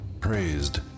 Praised